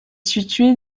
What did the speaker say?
situé